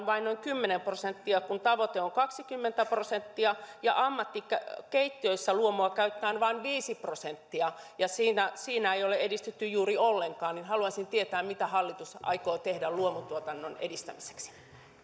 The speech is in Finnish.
vain noin kymmenen prosenttia kun tavoite on kaksikymmentä prosenttia ja ammattikeittiöissä luomua käytetään vain viisi prosenttia ja siinä siinä ei ole edistytty juuri ollenkaan haluaisin tietää mitä hallitus aikoo tehdä luomutuotannon edistämiseksi